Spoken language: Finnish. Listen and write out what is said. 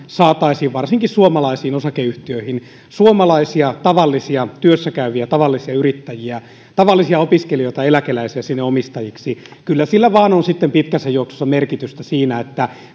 saataisiin varsinkin suomalaisiin osakeyhtiöihin tavallisia suomalaisia työssä käyviä tavallisia yrittäjiä tavallisia opiskelijoita eläkeläisiä omistajiksi kyllä sillä vaan on sitten pitkässä juoksussa merkitystä siinä